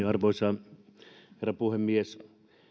arvoisa herra puhemies